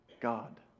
God